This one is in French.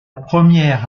première